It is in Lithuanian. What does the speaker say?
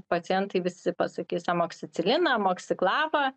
pacientai visi pasakys amoksiciliną amoksiklavą